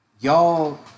y'all